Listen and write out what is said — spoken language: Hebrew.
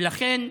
ולכן,